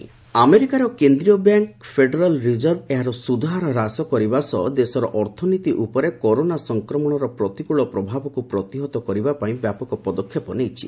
US rate cut ଆମେରିକାର କେନ୍ଦ୍ରୀୟ bank federal reserve ଏହାର ସୁଧ ହାର ହ୍ରାସ କରିବା ସହ ଦେଶର ଅର୍ଥନୀତି ଉପରେ କରୋନା ସଂକ୍ରମଣର ପ୍ରତିକୂଳ ପ୍ରଭାବକୁ ପ୍ରତିହତ କରିବାପାଇଁ ବ୍ୟାପକ ପଦକ୍ଷେପ ନେଇଛି